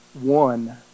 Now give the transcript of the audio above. one